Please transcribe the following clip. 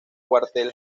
cuartel